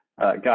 guys